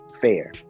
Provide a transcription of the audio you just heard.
fair